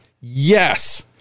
yes